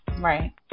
right